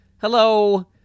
Hello